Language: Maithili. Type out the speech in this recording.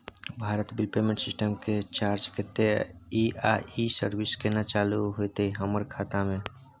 भारत बिल पेमेंट सिस्टम के चार्ज कत्ते इ आ इ सर्विस केना चालू होतै हमर खाता म?